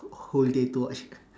whole day to watch